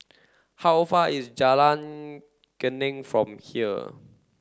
how far away is Jalan Geneng from here